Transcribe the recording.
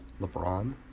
LeBron